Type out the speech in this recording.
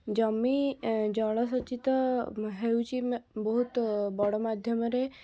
ଜମି ଏଁ ଜଳସେଚିତ ହେଉଛି ମା ବହୁତ ବଡ଼ ମାଧ୍ୟମରେ